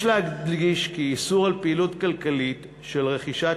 יש להדגיש כי איסור פעילות כלכלית של רכישת